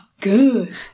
good